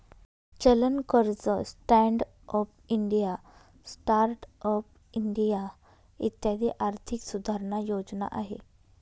चलन कर्ज, stand up India, start up India इत्यादी आर्थिक सुधारणा योजना आहे